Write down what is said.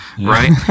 Right